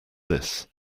this